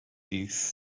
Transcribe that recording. this